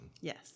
Yes